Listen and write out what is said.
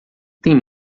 tem